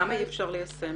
למה אי-אפשר ליישם?